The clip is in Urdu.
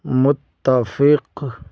متفق